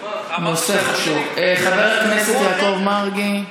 חבר הכנסת יעקב מרגי.